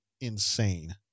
insane